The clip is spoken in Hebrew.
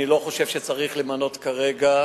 אני לא חושב שצריך למנות כרגע,